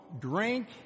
drink